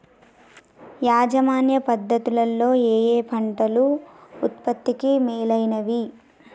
యాజమాన్య పద్ధతు లలో ఏయే పంటలు ఉత్పత్తికి మేలైనవి?